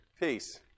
Peace